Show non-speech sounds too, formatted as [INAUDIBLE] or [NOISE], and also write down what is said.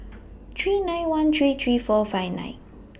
[NOISE] three nine one three three four five nine